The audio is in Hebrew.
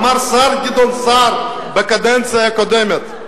אמר השר גדעון סער בקדנציה הקודמת.